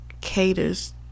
caters